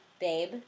babe